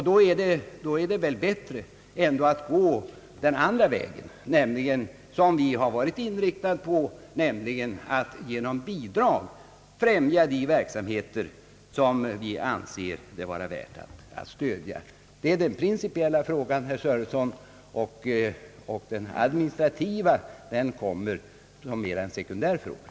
Då är det väl bättre att gå den andra vägen, som vi har varit inriktade på, nämligen att genom bidrag främja de verksamheter som vi anser värda ett stöd. Detta är den principiella frågan, herr Sörenson, den administrativa frågan har mera sekundär karaktär.